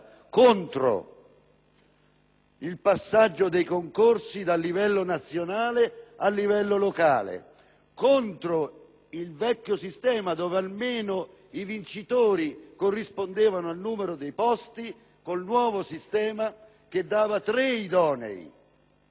il passaggio dei concorsi dal livello nazionale a quello locale, per il vecchio sistema, nel quale - almeno - i vincitori corrispondevano al numero dei posti, contro il nuovo sistema che dava tre idonei. E dicemmo